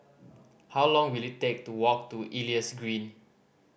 how long will it take to walk to Elias Green